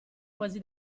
quasi